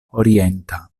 orienta